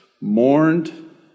mourned